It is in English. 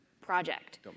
project